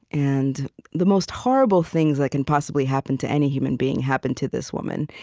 and the most horrible things that can possibly happen to any human being happen to this woman.